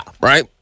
Right